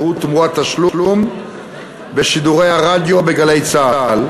תמורת תשלום בשידורי הרדיו ב"גלי צה"ל"